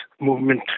movement